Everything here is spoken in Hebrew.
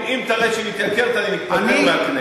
אם תראה שהיא מתייקרת אני מתפטר מהכנסת,